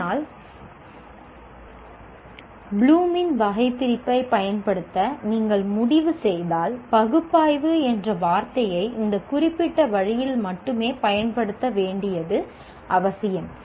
ஆனால் ப்ளூமின் வகைபிரிப்பைப் பயன்படுத்த நீங்கள் முடிவு செய்தால் பகுப்பாய்வு என்ற வார்த்தையை இந்த குறிப்பிட்ட வழியில் மட்டுமே பயன்படுத்த வேண்டியது அவசியம்